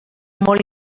molt